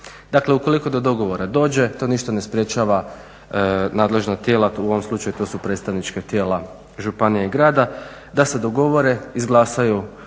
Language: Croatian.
Dakle, ukoliko do dogovora dođe, to ništa ne sprječava nadležna tijela, u ovom slučaju to su predstavnička tijela županije i grada, da se dogovore, izglasaju